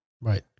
right